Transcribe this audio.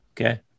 Okay